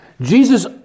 Jesus